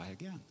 again